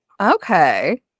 Okay